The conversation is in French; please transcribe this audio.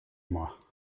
moi